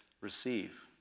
Receive